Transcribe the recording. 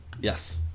Yes